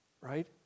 right